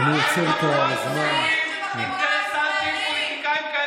אתם שמתם חבורה של קיצוניים שמחזיקה אתכם בני